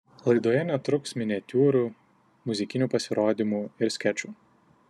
laidoje netruks miniatiūrų muzikinių pasirodymų ir skečų